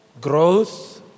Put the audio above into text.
growth